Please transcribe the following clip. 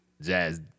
Jazz